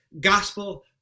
gospel